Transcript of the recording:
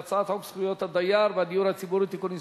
הצעת חוק זכויות הדייר בדיור הציבורי (תיקון מס'